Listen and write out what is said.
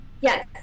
Yes